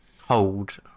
hold